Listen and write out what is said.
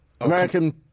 American